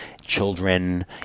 children